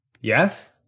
Yes